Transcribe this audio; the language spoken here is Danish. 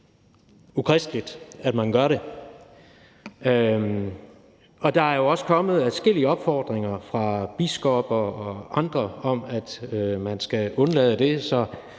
ukristeligt, at man gør det. Der er jo også kommet adskillige opfordringer fra biskopper og andre til, at man skal undlade det. Så